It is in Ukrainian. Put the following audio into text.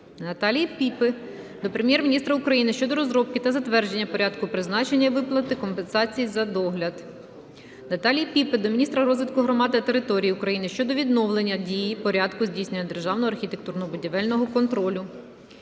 Наталії Піпи до Прем'єр-міністра України щодо розробки та затвердження Порядку призначення і виплати компенсації за догляд. Наталії Піпи до міністра розвитку громад та територій України щодо відновлення дії Порядку здійснення державного архітектурно-будівельного контролю.